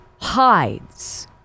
hides